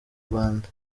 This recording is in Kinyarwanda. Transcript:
rwanda